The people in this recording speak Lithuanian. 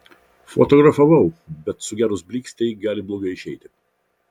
fotografavau bet sugedus blykstei gali blogai išeiti